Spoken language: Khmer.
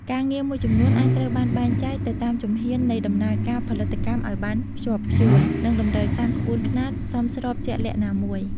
ការងារមួយចំនួនអាចត្រូវបានបែងចែកទៅតាមជំហាននៃដំណើរការផលិតកម្មឱ្យបានខ្ជាប់ខ្ជួន និងតម្រូវតាមក្បួនខ្នាតសមស្របជាក់លាក់ណាមួយ។